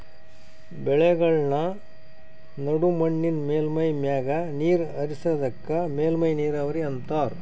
ಬೆಳೆಗಳ್ಮ ನಡು ಮಣ್ಣಿನ್ ಮೇಲ್ಮೈ ಮ್ಯಾಗ ನೀರ್ ಹರಿಸದಕ್ಕ ಮೇಲ್ಮೈ ನೀರಾವರಿ ಅಂತಾರಾ